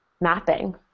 mapping